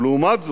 ולעומת זאת,